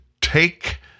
take